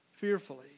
fearfully